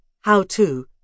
how-to